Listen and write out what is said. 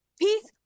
peace